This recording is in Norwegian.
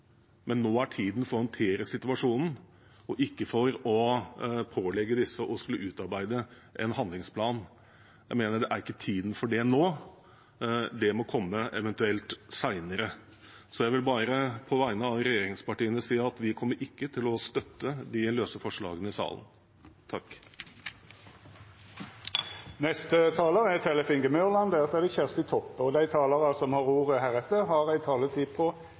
men nå er det tiden for å håndtere situasjonen og ikke for å pålegge disse å skulle utarbeide en handlingsplan. Jeg mener det ikke er tiden for det nå. Det må eventuelt komme senere. Så jeg vil bare på vegne av regjeringspartiene si at vi ikke kommer til å støtte de løse forslagene i saken. Dei talarane som heretter får ordet, har ei taletid på inntil 3 minutt. I stortingsmeldingen vises det